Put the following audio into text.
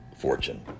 fortune